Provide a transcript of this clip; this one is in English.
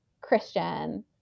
christian